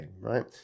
right